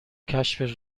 کشف